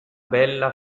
bella